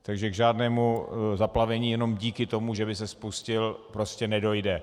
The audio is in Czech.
Takže k žádnému zaplavení jenom díky tomu, že by se spustil, prostě nedojde.